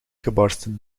gebarsten